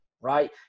right